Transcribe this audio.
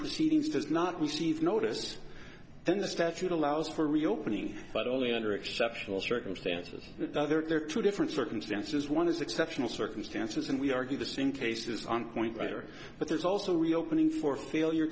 proceedings does not receive notice then the statute allows for reopening but only under exceptional circumstances there are two different circumstances one is exceptional circumstances and we argue the same case this point rather but there's also reopening for failure